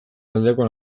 aldeko